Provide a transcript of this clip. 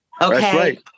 Okay